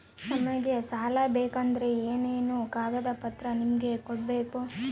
ನಮಗೆ ಸಾಲ ಬೇಕಂದ್ರೆ ಏನೇನು ಕಾಗದ ಪತ್ರ ನಿಮಗೆ ಕೊಡ್ಬೇಕು?